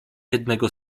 jednego